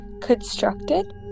constructed